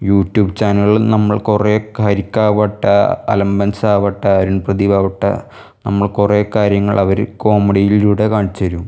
YouTube ചാനലുകൾ നമ്മൾ കുറേ കരിക്കാവട്ടെ അലമ്പൻസ് ആവട്ടെ അരുൺ പ്രദീപ് ആവട്ടെ നമ്മളെ കുറേ കാര്യങ്ങൾ അവർ കോമഡിയിലൂടെ കാണിച്ച് തരും